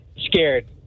scared